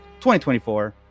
2024